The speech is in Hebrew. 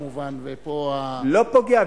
לא פוגע,